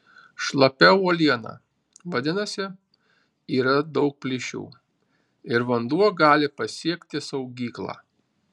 šlapia uoliena vadinasi yra daug plyšių ir vanduo gali pasiekti saugyklą